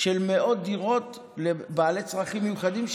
של מאות דירות לבעלי צרכים מיוחדים,